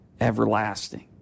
everlasting